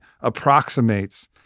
approximates